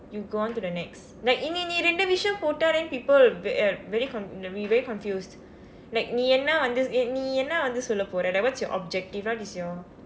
you go on to the next like நீ இரண்டு விஷயம் போட்ட:nii irandu vishayam pootda then people wil b~ uh very be very confused like நீ என்ன வந்து நீ என்ன வந்து சொல்ல போரே:nii enna vandthu nii enna vanthu solla pore like what's your objective what is your